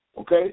Okay